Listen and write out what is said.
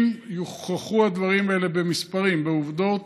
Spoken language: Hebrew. אם יוכחו הדברים האלה במספרים, בעובדות,